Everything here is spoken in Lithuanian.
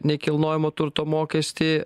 nekilnojamo turto mokestį